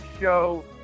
show